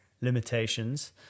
limitations